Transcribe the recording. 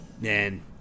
Man